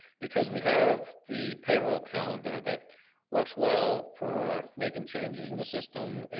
because we have the payroll calendar that works well for making changes in the system,